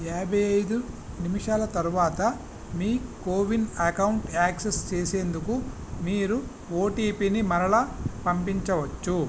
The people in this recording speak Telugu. యాభై ఐదు నిమిషాల తరువాత మీ కోవిన్ అకౌంటు యాక్సెస్ చేసేందుకు మీరు ఓటీపీని మరలా పంపించవచ్చు